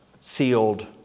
sealed